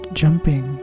jumping